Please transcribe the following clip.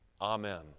Amen